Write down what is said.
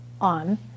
on